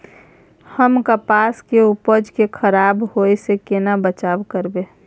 हम कपास के उपज के खराब होय से केना बचाव करबै?